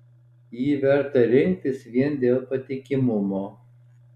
jį verta rinktis vien dėl patikimumo